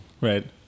Right